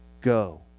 go